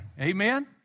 Amen